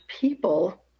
people